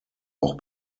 auch